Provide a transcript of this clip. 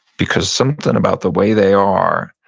because something about the way they are,